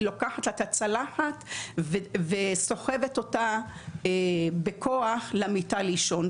היא לוקחת לה את הצלחת וסוחבת אותה בכוח למיטה לישון.